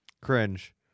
Cringe